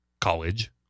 college